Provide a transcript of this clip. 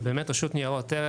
ובאמת רשות ניירות ערך,